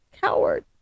Coward